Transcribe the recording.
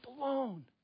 alone